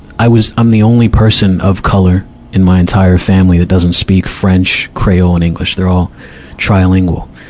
i was, i'm the only person of color in my entire family that doesn't speak french, creole, and english. they're all trilingual.